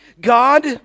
God